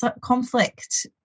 conflict